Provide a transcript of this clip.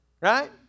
right